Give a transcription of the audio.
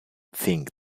thinged